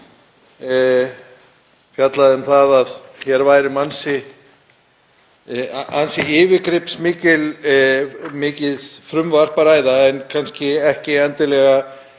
fjallaði um það að hér væri um ansi yfirgripsmikið frumvarp að ræða en kannski ekki endilega